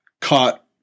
caught